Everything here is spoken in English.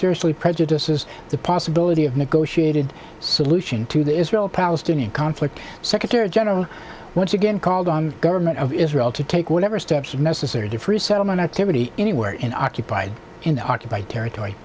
seriously prejudices the possibility of negotiated solution to the israel palestinian conflict secretary general once again called on government of israel to take whatever steps necessary to free settlement activity anywhere in occupied in the occupied territory